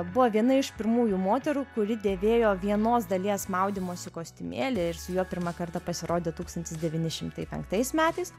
buvo viena iš pirmųjų moterų kuri dėvėjo vienos dalies maudymosi kostiumėlį ir su juo pirmą kartą pasirodė tūkstantis devyni šimtai penktais metais